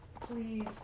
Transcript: please